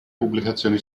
pubblicazioni